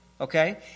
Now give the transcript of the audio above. Okay